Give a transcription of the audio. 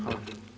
Hvala.